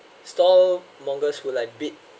store mongers who like bid